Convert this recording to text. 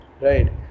right